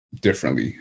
differently